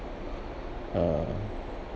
uh